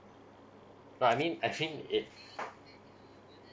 but I mean I mean if